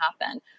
happen